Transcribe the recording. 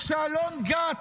-- שאלון גת,